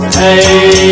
hey